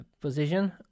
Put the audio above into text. position